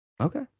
Okay